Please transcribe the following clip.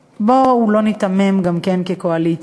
בואו באמת לא ניתמם גם כן כקואליציה,